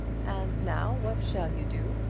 and now what shall you do?